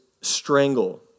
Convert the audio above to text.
strangle